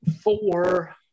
four